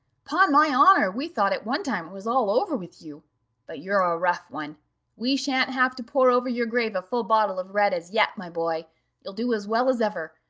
pon my honour, we thought at one time it was all over with you but you're a rough one we shan't have to pour over your grave a full bottle of red as yet, my boy you'll do as well as ever.